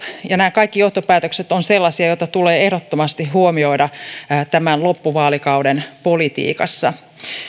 ja nämä kaikki johtopäätökset ovat sellaisia joita tulee ehdottomasti huomioida tämän loppuvaalikauden politiikassa